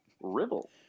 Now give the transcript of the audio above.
ribble